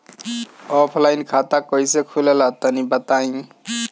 Offline खाता कइसे खुलेला तनि बताईं?